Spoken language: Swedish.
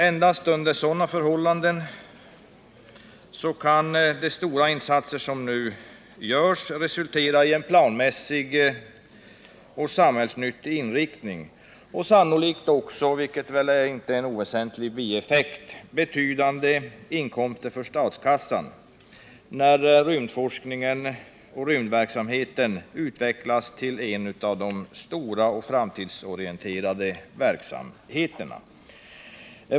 Endast under sådana förhållanden kan de stora insatser som nu görs resultera i en planmässig och samhällsnyttig inriktning och sannolikt också, vilket väl är en inte oväsentlig bieffekt, betydande inkomster för statskassan, när rymdforskningen och rymdverksamheten utvecklas till en av de stora och framtidsorienterade verksamheterna.